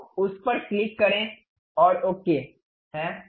तो उस पर क्लिक करें और ओके है